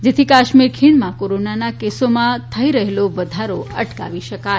જેથી કાશ્મીર ખીણમાં કોરોનાના કેસોમાં થઇ રહેલો વધારો અટકાવી શકાય